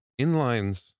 Inlines